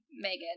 Megan